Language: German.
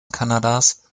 kanadas